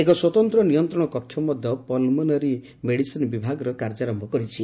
ଏକ ସ୍ୱତନ୍ତ୍ ନିୟନ୍ତ୍ରଶ କକ୍ଷ ମଧ ପଲମୋନାରୀ ମେଡିସିନ ବିଭାଗର କାର୍ଯ୍ୟାରମ୍ଠ କରିଛି